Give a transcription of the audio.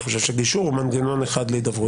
אני חושב שגישור הוא מנגנון אחד להידברות,